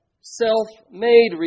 self-made